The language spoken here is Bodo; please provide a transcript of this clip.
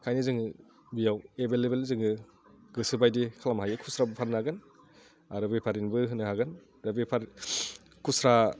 खायनो बेयाव एभैलेबोल जोङो गोसो बायदि खालामनो हायो खुस्राबो फाननो हागोन आरो बेपारिनोबो होनो हागोन दा बेपारिनो खुस्रा